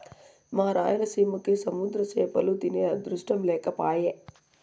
మా రాయలసీమకి సముద్ర చేపలు తినే అదృష్టం లేకపాయె